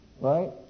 Right